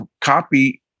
copy